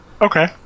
Okay